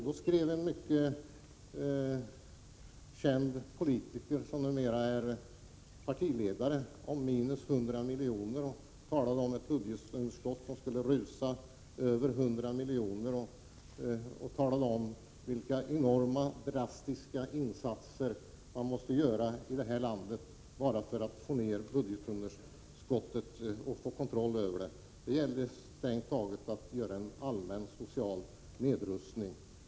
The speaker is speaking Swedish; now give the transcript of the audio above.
Då skrev en känd politiker, som numera är partiledare, om ett minus på 100 miljarder och han talade om ett budgetunderskott som skulle rusa i väg över 100 miljarder. Han beskrev vilka drastiska insatser som måste göras i det här landet bara för att man skulle få ned budgetunderskottet och uppnå kontroll över det. Det gällde strängt taget att göra en allmän social nedrustning.